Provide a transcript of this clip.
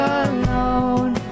alone